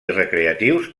recreatius